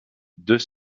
deux